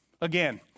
Again